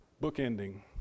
Book-ending